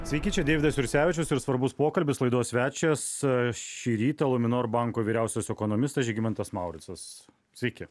sveiki čia deividas jursevičius ir svarbus pokalbis laidos svečias šį rytą luminor banko vyriausias ekonomistas žygimantas mauricas sveiki